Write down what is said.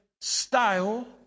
style